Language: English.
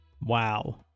Wow